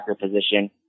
position